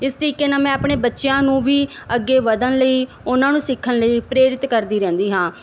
ਇਸ ਤਰੀਕੇ ਨਾਲ ਮੈਂ ਆਪਣੇ ਬੱਚਿਆਂ ਨੂੰ ਵੀ ਅੱਗੇ ਵਧਣ ਲਈ ਉਹਨਾਂ ਨੂੰ ਸਿੱਖਣ ਲਈ ਪ੍ਰੇਰਿਤ ਕਰਦੀ ਰਹਿੰਦੀ ਹਾਂ